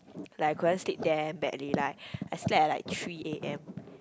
like I couldn't sleep damn badly like I slept at like three A_M